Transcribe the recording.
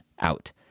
out